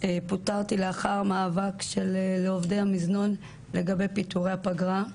פוטרתי לאחר מאבק של עובדי המזנון לגבי פיטורי הפגרה.